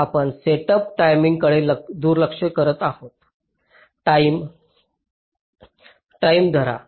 आम्ही सेटअप टाईमकडे दुर्लक्ष करत आहोत टाईम धरा